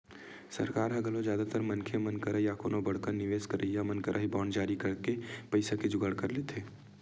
सरकार ह घलो जादातर मनखे मन करा या कोनो बड़का निवेस करइया मन करा ही बांड जारी करके पइसा के जुगाड़ कर लेथे